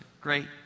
great